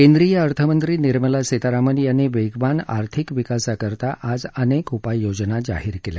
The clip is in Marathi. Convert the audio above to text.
केंद्रीय अर्थमंत्री निर्मला सीतारामन यांनी वेगवान आर्थिक विकासाकरता आज अनेक उपाय योजना जाहीर केल्या